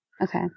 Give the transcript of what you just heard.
Okay